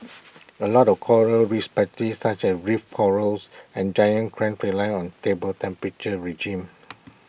A lot of Coral respected such as reef corals and giant crams rely on stable temperature regime